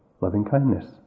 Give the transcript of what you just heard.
loving-kindness